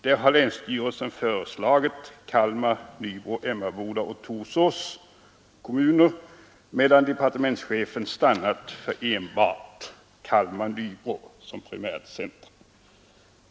Där hade länsstyrelsen föreslagit Kalmar-Nybro-Emmaboda och Torsås kommuner, medan departementschefen stannat för enbart Kalmar-Nybro.